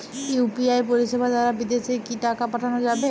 UPI পরিষেবা দারা বিদেশে কি টাকা পাঠানো যাবে?